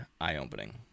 eye-opening